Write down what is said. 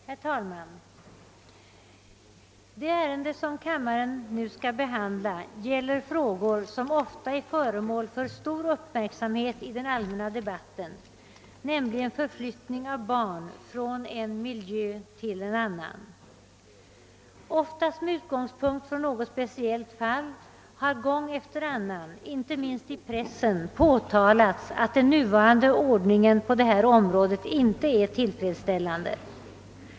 Herr talman! Det ärende som kammaren nu skall behandla gäller frågor som ofta är föremål för stor uppmärksamhet i den allmänna debatten, nämligen förflyttning av barn från en miljö till en annan. Oftast med utgångspunkt från något speciellt fall har gång efter annan, inte minst i pressen, påtalats att den nuvarande ordningen på detta område inte är tillfredsställande.